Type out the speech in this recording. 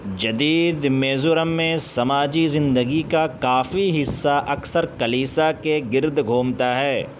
جدید میزورم میں سماجی زندگی کا کافی حصہ اکثر کلیسا کے گرد گھومتا ہے